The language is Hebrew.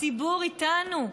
הציבור איתנו.